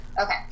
Okay